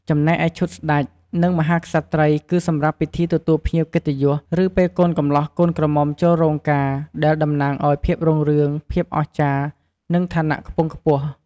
ចំណែកឯ ឈុតស្ដេច និងមហាក្សត្រីយ៍ គឺសម្រាប់ពិធីទទួលភ្ញៀវកិត្តិយស ឬពេលកូនកម្លោះកូនក្រមុំចូលរោងការ ដែលតំណាងឱ្យភាពរុងរឿង ភាពអស្ចារ្យ និងឋានៈខ្ពង់ខ្ពស់។